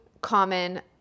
common